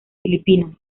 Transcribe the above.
filipinas